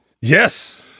Yes